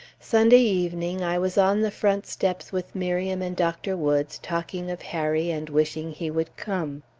sunday evening i was on the front steps with miriam and dr. woods, talking of harry and wishing he would come.